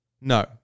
No